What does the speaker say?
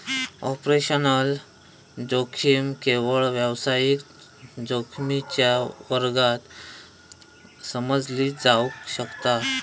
operational जोखीम केवळ व्यावसायिक जोखमीच्या वर्गात समजली जावक शकता